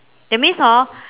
that means hor